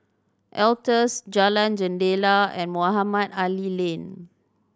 Altez Jalan Jendela and Mohamed Ali Lane